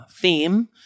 theme